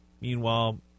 Meanwhile